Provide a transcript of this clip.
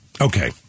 okay